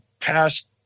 past